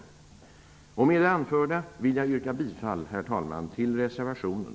Herr talman! Med det anförda vill jag yrka bifall till reservationen.